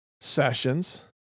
sessions